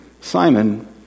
Simon